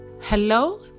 hello